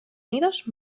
unidos